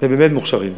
ובאמת מוכשרים.